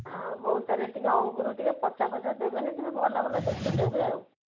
ଆଉ ହଉ ତା' ହେଲେ ଟିକେ ଅଙ୍ଗୁର ଟିକେ ପଚା ଫଚା ଦେବେନି ଟିକେ ଭଲ ଭଲ ଦେଖିକି ଦେବେ ଆଉ